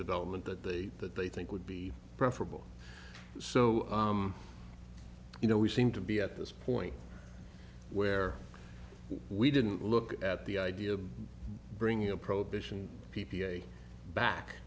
development that they that they think would be preferable so you know we seem to be at this point where we didn't look at the idea of bringing a prohibition p